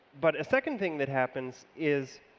but a second thing that happens is